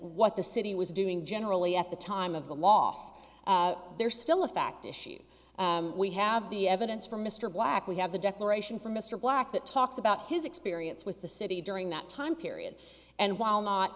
what the city was doing generally at the time of the last there's still a fact issue we have the evidence for mr black we have the declaration from mr black that talks about his experience with the city during that time period and while not